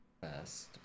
best